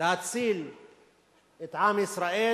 להציל את עם ישראל,